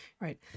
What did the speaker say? right